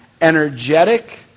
energetic